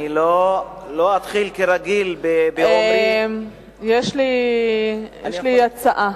אני לא אתחיל כרגיל באומרי, יש לי הצעה.